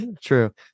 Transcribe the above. true